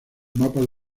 mapas